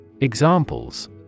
Examples